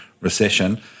recession